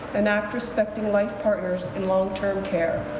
and act respecting life partners in long-term care.